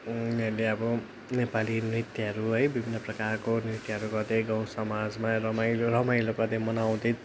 उनीहरूले अब नेपाली नृत्यहरू है विभिन्न प्रकारको नृत्यहरू गर्दै गाउँ समाज रमाइलो रमाइलो गर्दै मनाउँदै